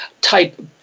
type